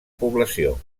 població